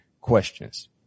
questions